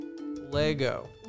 Lego